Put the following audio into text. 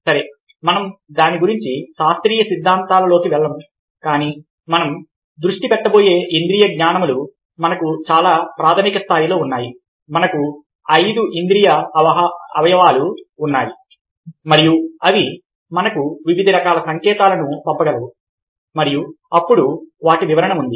సరే మనం దాని గురించి శాస్త్రీయ సిద్ధాంతాలలోకి వెళ్లము కానీ మనం దృష్టి పెట్టబోయే ఇంద్రియజ్ఞానములు మనకు చాలా ప్రాథమిక స్థాయిలో ఉన్నాయి మనకు 5 ఇంద్రియ అవయవాలు ఉన్నాయి మరియు అవి మనకు వివిధ రకాల సంకేతాలను పంపగలవు మరియు అప్పుడు వాటి వివరణ ఉంది